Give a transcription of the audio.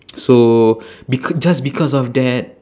so bec~ just because of that